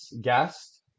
guest